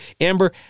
Amber